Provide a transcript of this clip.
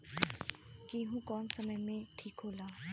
गेहू कौना समय मे ठिक होला?